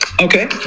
Okay